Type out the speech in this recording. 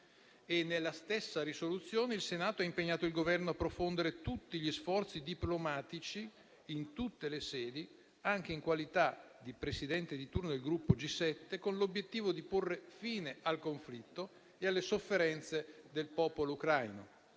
proposta di risoluzione il Senato ha impegnato il Governo a profondere tutti gli sforzi diplomatici in tutte le sedi, anche in qualità di presidente di turno del gruppo G7, con l'obiettivo di porre fine al conflitto e alle sofferenze del popolo ucraino